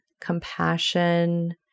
compassion